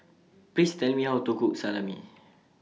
Please Tell Me How to Cook Salami